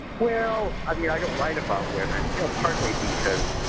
well, i mean i don't write about women you know partly because,